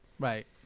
Right